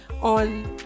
on